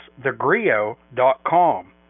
thegrio.com